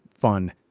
fun